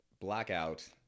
blackout